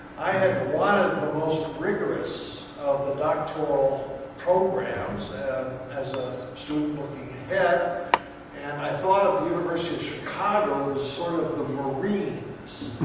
i had one of the most rigorous of the doctoral programs as a student looking ahead, and i thought of the university of chicago as sort of of the marines